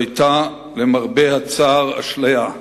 זו היתה, למרבה הצער, אשליה.